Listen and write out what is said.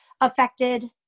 affected